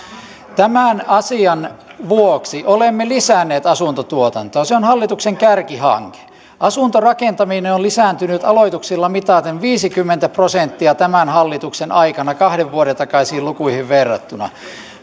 tämän asian vuoksi olemme lisänneet asuntotuotantoa se on hallituksen kärkihanke asuntorakentaminen on lisääntynyt aloituksilla mitaten viisikymmentä prosenttia tämän hallituksen aikana kahden vuoden takaisiin lukuihin verrattuna